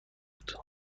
بود